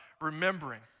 remembering